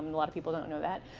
lot of people don't know that.